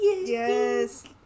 Yes